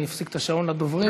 אני אפסיק את השעון לדוברים,